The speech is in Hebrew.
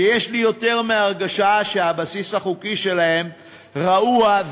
שיש לי יותר מהרגשה שהבסיס החוקי שלהם רעוע,